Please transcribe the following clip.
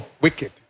wicked